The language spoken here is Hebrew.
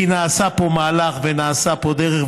כי נעשה פה מהלך ונעשתה פה דרך.